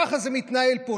ככה זה מתנהל פה,